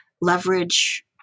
leverage